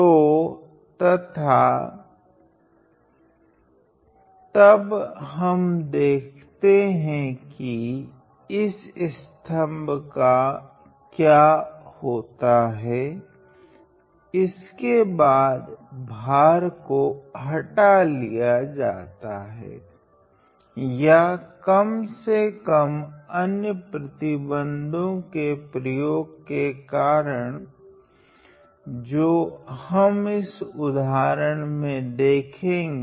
तो तथा तब हम देखते है की इस स्तम्भ का क्या होता हैं इसके बाद भार को हटा लिया जाता हैं या कम से कम अन्य प्रतिबंधों के प्रयोग के कारण जो हम इस उदाहरण में देखेगे